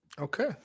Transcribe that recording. Okay